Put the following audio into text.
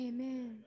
Amen